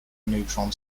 neutron